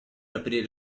aprire